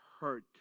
hurt